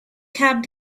cab